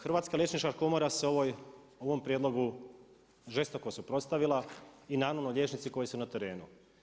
Hrvatska liječnička komora se o ovom prijedlogu žesto suprotstavila i nanulo liječnici koji su na terenu.